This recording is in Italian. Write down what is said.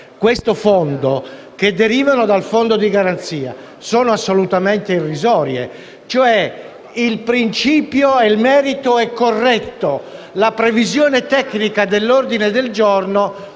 questo Fondo, che derivano dal fondo di garanzia, sono assolutamente irrisorie. Il merito è corretto, ma la previsione tecnica dell'ordine del giorno